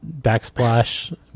backsplash